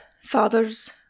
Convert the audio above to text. fathers